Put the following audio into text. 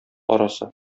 арасы